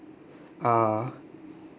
uh